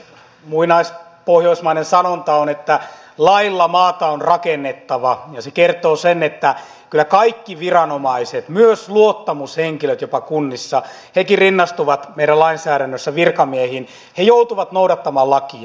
muinaispohjoismainen sanonta on että lailla maata on rakennettava ja se kertoo sen että kyllä kaikki viranomaiset myös luottamushenkilöt jopa kunnissa hekin rinnastuvat meidän lainsäädännössämme virkamiehiin joutuvat noudattamaan lakia